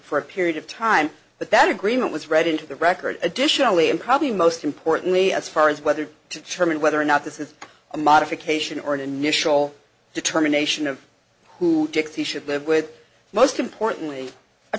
for a period of time but that agreement was read into the record additionally and probably most importantly as far as whether to trim and whether or not this is a modification or an initial determination of who should live with most importantly a